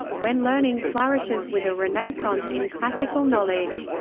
when learning flourishes with a renaissance in classical knowledge.